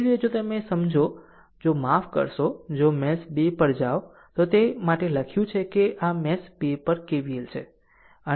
એ જ રીતે જો તેને સમજો જો માફ કરશો જો મેશ 2 પર જાઓ તો તે માટે લખ્યું છે કે આ મેશ 2 પર KVL છે